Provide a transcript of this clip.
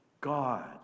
God